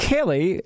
Kelly